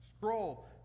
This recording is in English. scroll